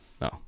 no